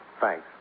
thanks